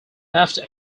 after